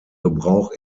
gebrauch